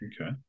Okay